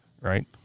right